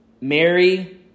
Mary